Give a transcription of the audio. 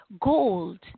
gold